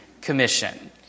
commission